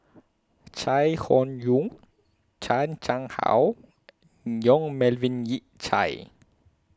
Chai Hon Yoong Chan Chang How Yong Melvin Yik Chye